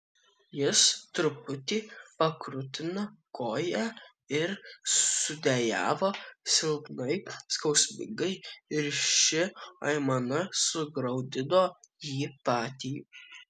jis truputį pakrutino koją ir sudejavo silpnai skausmingai ir ši aimana sugraudino jį patį